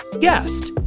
guest